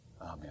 Amen